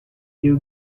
you